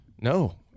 No